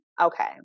okay